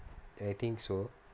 I think so